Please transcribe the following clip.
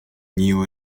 knew